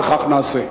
וכך נעשה.